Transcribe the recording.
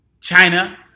China